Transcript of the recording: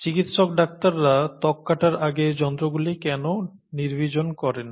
চিকিত্সক ডাক্তাররা ত্বক কাটার আগে যন্ত্রগুলি কেন নির্বীজন করেন